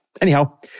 Anyhow